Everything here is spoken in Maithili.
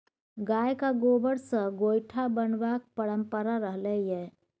गायक गोबर सँ गोयठा बनेबाक परंपरा रहलै यै